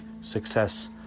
success